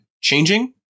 changing